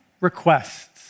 requests